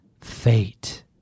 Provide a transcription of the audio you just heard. fate